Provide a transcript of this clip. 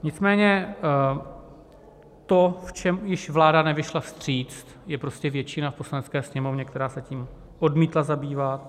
Nicméně to, v čem již vláda nevyšla vstříc, je prostě většina v Poslanecké sněmovně, která se tím odmítla zabývat.